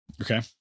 Okay